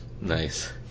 Nice